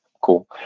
cool